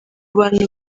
bantu